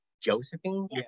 Josephine